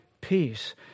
peace